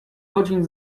godzin